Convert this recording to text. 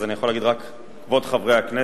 אז אני יכול להגיד רק כבוד חברי הכנסת,